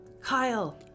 Kyle